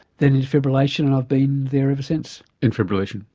then into fibrillation and i've been there ever since. in fibrillation?